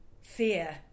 fear